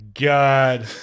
God